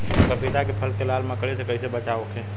पपीता के फल के लाल मकड़ी से कइसे बचाव होखि?